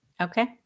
Okay